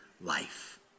life